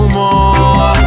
more